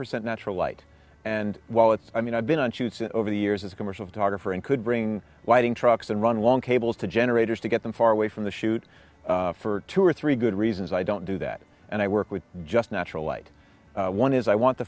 percent natural light and while it's i mean i've been on shoots over the years as a commercial photographer and could bring lighting trucks and run long cables to generators to get them far away from the shoot for two or three good reasons i don't do that and i work with just natural light one is i want the